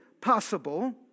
possible